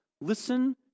Listen